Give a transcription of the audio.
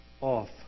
off